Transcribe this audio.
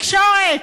בתקשורת.